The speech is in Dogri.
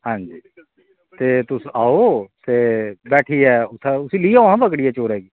आं जी ते तुस आओ ते बैठियै उसी लेई आओ आं पकड़ियै चोरै गी